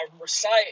recite